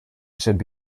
should